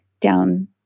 down